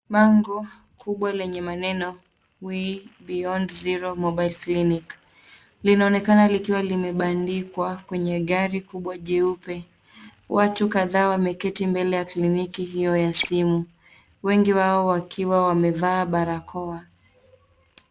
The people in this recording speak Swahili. Bango kubwa lenye maneno way beyond zero mobile clinic. Linaonekana likiwa limebandikwa kwenye gari kubwa jeupe. Watu kadhaa wameketi mbele ya kliniki hiyo ya simu. Wengi wao wakiwa wamevaa barakoa.